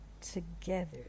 together